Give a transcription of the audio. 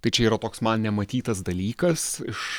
tai čia yra toks man nematytas dalykas iš